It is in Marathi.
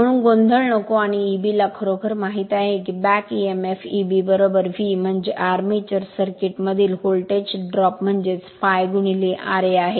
म्हणून गोंधळ नको आणि Eb ला खरोखर माहित आहे की बॅक Emf Eb V म्हणजे आर्मेचर सर्किट मधील व्होल्टेज ड्रॉप म्हणजे ∅ ra आहे